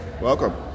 Welcome